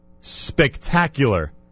spectacular